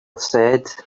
said